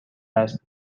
است